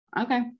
Okay